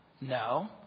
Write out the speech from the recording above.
No